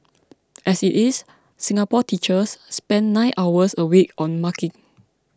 as it is Singapore teachers spend nine hours a week on marking